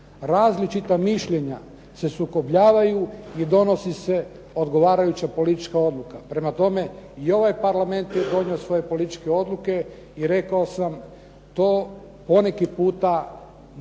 različita mišljenja se sukobljavaju i donosi se odgovarajuća politička odluka. Prema tome, i ovaj Parlament je donio svoje političke odluke i rekao sam, to po neki puta može